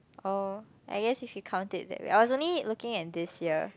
oh I guess if you count it that way I was only looking at this year